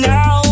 Now